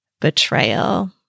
betrayal